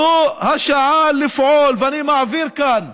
זו השעה לפעול, ואני מעביר כאן,